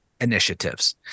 initiatives